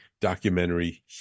documentary